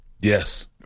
Yes